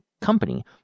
company